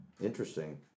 Interesting